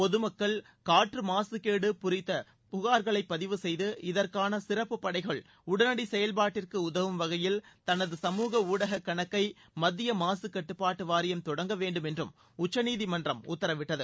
பொதுமக்கள் காற்று மாசுகேடு குறித்த புகார்களை பதிவு செய்து இதற்கான சிறப்பு படைகள் உடனடி செயல்பாட்டிற்கு உதவும் வகையில் தனது சமூக ஊடக கணக்கை மத்திய மாசுகட்டுப்பாட்டு வாரியம் தொடங்க வேண்டும் என்றும் உச்சநீதிமன்றம் உத்தரவிட்டது